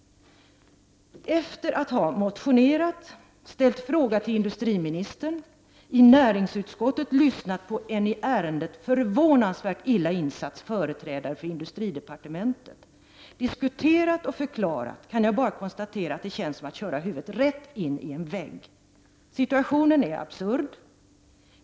Efter att ha motionerat, ställt fråga till industriministern, i näringsutskottet lyssnat på en i ärendet förvånansvärt illa insatt företrädare för industridepartementet, diskuterat och förklarat, kan jag bara konstatera att det känns som att köra huvudet rätt in i en vägg. Situationen är absurd.